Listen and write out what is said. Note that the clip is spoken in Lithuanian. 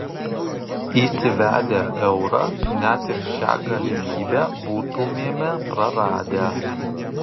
įsivedę eurą net ir šią galimybę būtumėme praradę